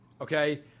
Okay